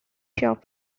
shop